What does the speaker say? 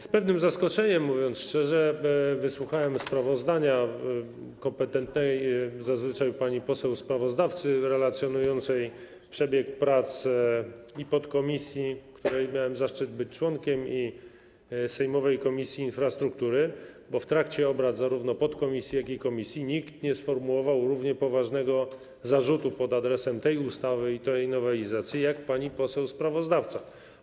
Z pewnym zaskoczeniem, mówiąc szczerze, wysłuchałem sprawozdania kompetentnej zazwyczaj pani poseł sprawozdawcy relacjonującej przebieg prac i podkomisji, której miałem zaszczyt być członkiem, i sejmowej Komisji Infrastruktury, bo w trakcie obrad zarówno podkomisji, jak i komisji nikt nie sformułował równie poważnego zarzutu pod adresem tej ustawy i tej nowelizacji jak pani poseł sprawozdawca.